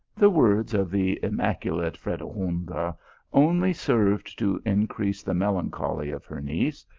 the words of the immaculate fredegonda only served to increase the melancholy of her niece,